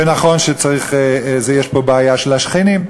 וגם נכון שיש פה בעיה של השכנים.